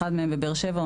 אחד מהם בבאר שבע,